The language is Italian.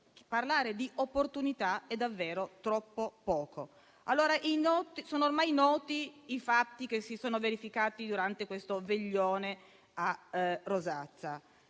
parlare di opportunità è davvero troppo poco. I fatti che si sono verificati durante il veglione a Rosazza